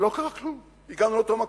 ולא קרה כלום, הגענו לאותו מקום.